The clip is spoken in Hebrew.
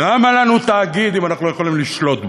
למה לנו תאגיד אם אנחנו לא יכולים לשלוט בו?